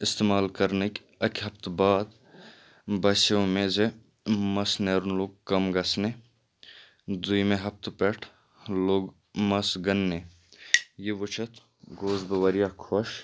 اِستعمال کرنٕکۍ اَکہِ ہَفتہٕ بعد باسیٛو مےٚ زِ مَس نیرُن لوٚگ کَم گژھنہِ دوٚیمہِ ہَفتہٕ پٮ۪ٹھ لوٚگ مَس گَننہِ یہِ وُچھِتھ گوس بہٕ واریاہ خۄش